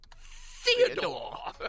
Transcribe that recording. Theodore